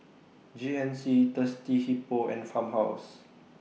G N C Thirsty Hippo and Farmhouse